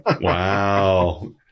Wow